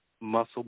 muscle